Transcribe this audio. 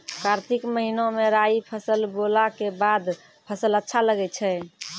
कार्तिक महीना मे राई फसल बोलऽ के बाद फसल अच्छा लगे छै